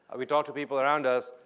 we talk to people around us,